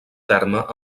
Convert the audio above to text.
terme